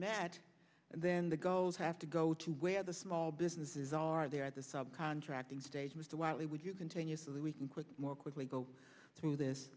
met then the goals have to go to where the small businesses are there at the sub contracting stage mr wylie would you continue so that we can quit more quickly go through this